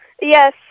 Yes